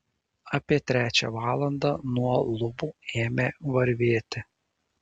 apie trečią valandą nuo lubų ėmė varvėti